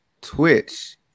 twitch